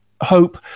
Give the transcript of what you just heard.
hope